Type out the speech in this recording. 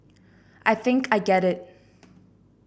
I think I get it